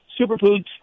Superfoods